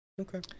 Okay